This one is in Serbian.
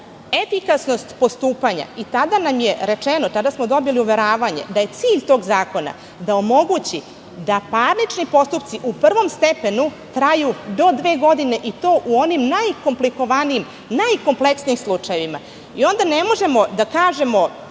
efikasnost postupanja. Tada nam je rečeno, tada smo dobili uveravanje da je cilj tog zakona da omogući da parnični postupci u prvom stepenu traju do dve godine, i to u onim najkomplikovanijim, najkompleksnijim slučajevima. Prosto, to obrazloženje